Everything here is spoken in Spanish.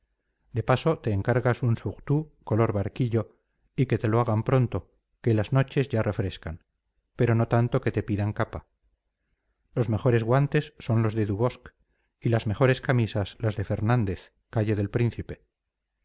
de paso te encargas un surtout color barquillo y que te lo hagan pronto que las noches ya refrescan pero no tanto que te pidan capa los mejores guantes son los de dubosc y las mejores camisas las de fernández calle del príncipe